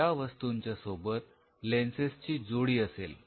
या वस्तूंच्या सोबत लेंसेस ची जोडी असेल